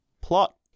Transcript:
Plot